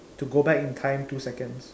to go back in time two seconds